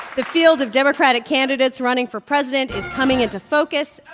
the field of democratic candidates running for president is coming into focus.